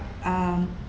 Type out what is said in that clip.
um